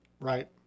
Right